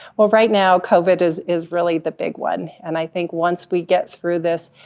well, right now covid is is really the big one. and i think once we get through this,